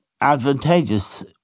advantageous